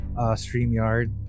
StreamYard